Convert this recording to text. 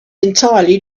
entirely